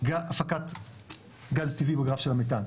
הפקת גז טבעי בגרף של המתאן.